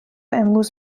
امروز